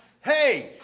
hey